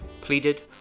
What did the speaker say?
pleaded